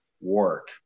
work